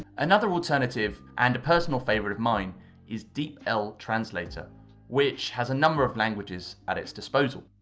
another alternative and personal favourite of mine is deepl translator which has a number of languages at its disposal.